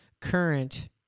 current